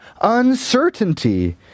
uncertainty